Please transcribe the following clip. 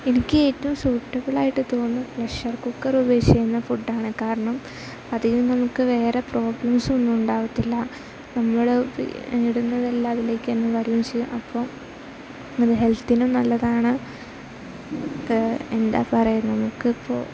എനിക്കേറ്റവും സ്യുട്ടബിളായിട്ട് തോന്നുന്നു പ്രഷർ കുക്കറുപയോഗിച്ച് ചെയ്യുന്ന ഫുഡ്ഡാണ് കാരണം അതിൽ നിന്ന് നമുക്ക് വേറെ പ്രോബ്ലംസൊന്നുമുണ്ടാകത്തില്ല നമ്മൾ ഇടുന്നതെല്ലാം അതിലേക്കെന്നെ വരികയും ചെയ്യും അപ്പോൾ അത് ഹെൽത്തിനും നല്ലതാണ് എന്താ പറയുക നമുക്കിപ്പോൾ